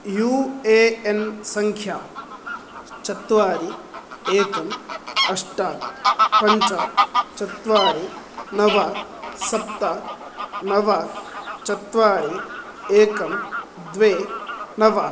you A N संख्या चत्वारि एकं अष्ट पञ्च चत्वारि नव सप्त नव चत्वारि एकं द्वे नव